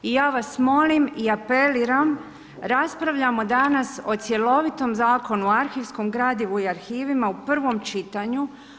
I ja vas molim i apeliram, raspravljamo danas o cjelovitom Zakonu o arhivskom gradivu i arhivima u prvom čitanju.